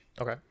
Okay